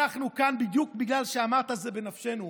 אנחנו כאן בדיוק בגלל שאמרת "זה בנפשנו".